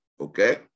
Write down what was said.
Okay